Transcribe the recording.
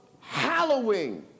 hallowing